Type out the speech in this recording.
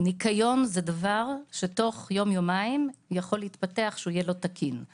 ניקיון הוא דבר שיכול להתפתח למצב לא תקין תוך יום יומיים.